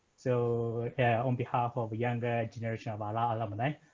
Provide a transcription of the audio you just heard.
so on behalf of a younger generation of ah ah alumni,